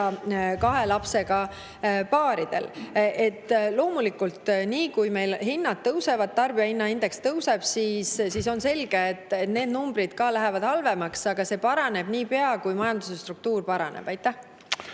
kahe lapsega paaridel. Loomulikult, nii kui meil hinnad tõusevad, tarbijahinnaindeks tõuseb, on selge, et nii lähevad need numbrid ka halvemaks, aga need paranevad niipea, kui majanduse struktuur paraneb. Aitäh!